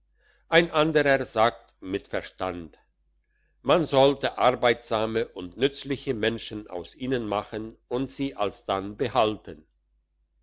ein anderer sagt im verstand man sollte arbeitsame und nützliche menschen aus ihnen machen und sie alsdann behalten